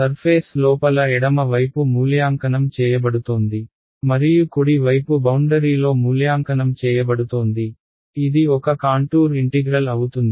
surface లోపల ఎడమ వైపు మూల్యాంకనం చేయబడుతోంది మరియు కుడి వైపు బౌండరీలో మూల్యాంకనం చేయబడుతోంది ఇది ఒక కాంటూర్ ఇంటిగ్రల్ అవుతుంది